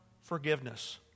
forgiveness